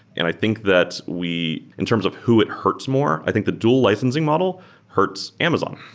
and i think that we in terms of who it hurts more, i think the dual licensing model hurts amazon,